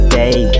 day